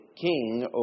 king